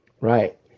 right